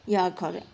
ya correct